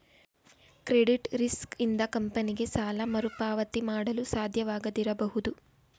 credit risk ಇಂದ ಕಂಪನಿಗೆ ಸಾಲ ಮರುಪಾವತಿ ಮಾಡಲು ಸಾಧ್ಯವಾಗದಿರಬಹುದು